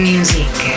Music